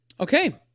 okay